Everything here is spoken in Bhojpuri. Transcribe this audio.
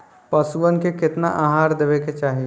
पशुअन के केतना आहार देवे के चाही?